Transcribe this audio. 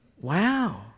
wow